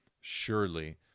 Surely